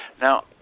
Now